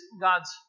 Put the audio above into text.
God's